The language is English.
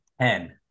Ten